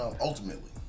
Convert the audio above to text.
Ultimately